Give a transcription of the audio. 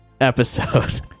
episode